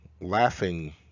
laughing